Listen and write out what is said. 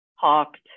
talked